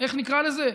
איך נקרא לזה,